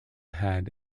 had